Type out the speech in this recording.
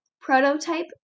Prototype